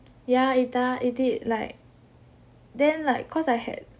ya it da~ it did like then like cause I had